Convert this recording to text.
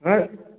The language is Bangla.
হ্যাঁ